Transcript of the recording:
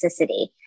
toxicity